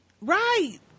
Right